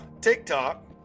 TikTok